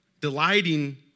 delighting